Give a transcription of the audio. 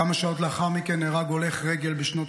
כמה שעות לאחר מכן נהרג הולך רגל בשנות